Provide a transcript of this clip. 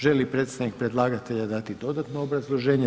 Želi li predstavnik predlagatelja dati dodatno obrazloženje?